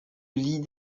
lie